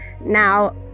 Now